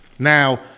Now